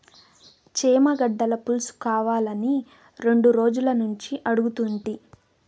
చేమగడ్డల పులుసుకావాలని రెండు రోజులనుంచి అడుగుతుంటి